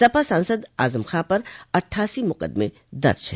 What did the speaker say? सपा सांसद आजम खां पर अट्ठासी मुकदमे दर्ज है